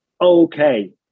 okay